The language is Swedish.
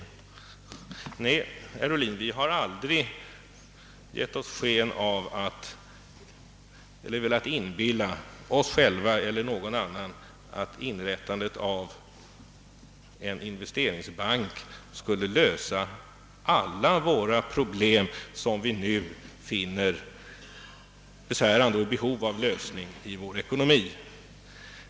Nej, herr Ohlin, vi har aldrig velat inbilla oss själva eller någon annan att inrättandet av en <investeringsbank skulle lösa alla de problem i vår ekonomi, vilka vi nu finner besvärande och i behov av en lösning.